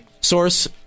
source